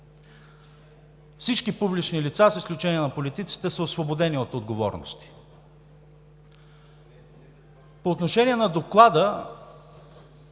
Всички публични лица, с изключение на политиците, са освободени от отговорности. По отношение на Доклада